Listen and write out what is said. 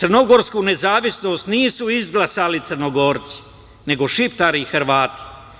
Crnogorsku nezavisnost nisu izglasali Crnogorci, nego Šiptari i Hrvati.